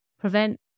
prevent